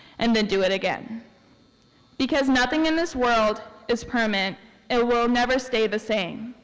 and then do it again because nothing in this world is permanent and will never stay the same.